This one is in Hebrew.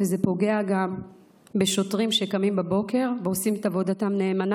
וזה פוגע גם בשוטרים שקמים בבוקר ועושים את עבודתם נאמנה.